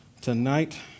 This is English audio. tonight